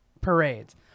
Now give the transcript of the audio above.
parades